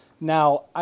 Now